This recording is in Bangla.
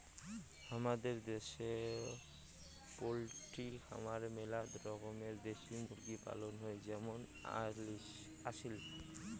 হামাদের দ্যাশে পোলট্রি খামারে মেলা রকমের দেশি মুরগি পালন হই যেমন আসিল